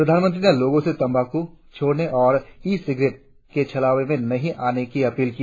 प्रधानमंत्री ने लोगों से तंबाक्र छोड़ने और ई सिगरेट के छलावे में नहीं आना की भी अपील की